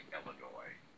Illinois